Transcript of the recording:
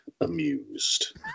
amused